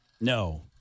No